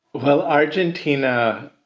well, argentina.